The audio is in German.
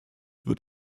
wird